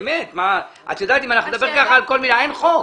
אם נדבר כך על כל מילה, לא יהיה חוק.